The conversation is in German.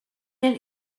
den